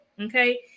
okay